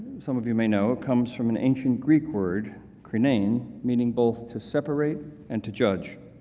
some of you may know it comes from an ancient greek word krino, i mean meaning both to separate and to judge.